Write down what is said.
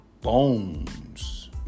bones